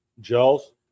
gels